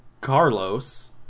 Carlos